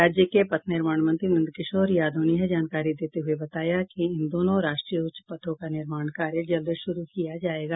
राज्य के पथ निर्माण मंत्री नंदकिशोर यादव ने यह जानकारी देते हुये बताया कि इन दोनों राष्ट्रीय उच्च पथों का निर्माण कार्य जल्द शुरू किया जायेगा